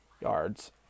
yards